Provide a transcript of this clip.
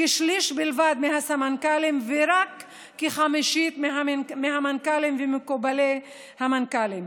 כשליש בלבד מהסמנכ"לים ורק כחמישית מהמנכ"לים וממקבילי המנכ"לים.